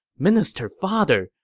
minister father,